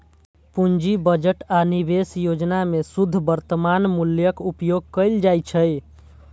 पूंजी बजट आ निवेश योजना मे शुद्ध वर्तमान मूल्यक उपयोग कैल जाइ छै